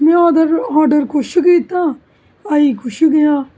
में आर्डर कुछ कीता आई कुछ गेआ